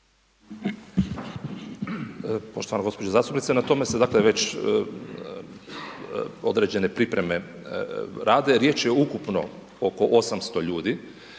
Poštovana gospođo zastupnice, na tome se dakle već određene pripreme rade, riječ je ukupno oko 800 ljudi,